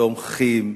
תומכים,